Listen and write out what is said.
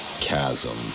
chasm